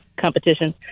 competition